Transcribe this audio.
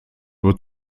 would